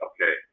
Okay